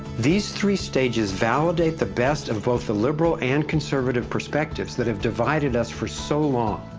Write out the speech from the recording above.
these three stages validate the best of both the liberal and conservative perspectives that have divided us for so long,